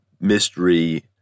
mystery